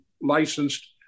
licensed